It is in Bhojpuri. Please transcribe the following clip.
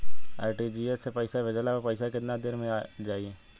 आर.टी.जी.एस से पईसा भेजला पर पईसा केतना देर म जाई?